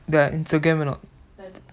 their instagram or not